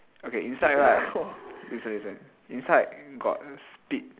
okay inside right listen listen inside got spit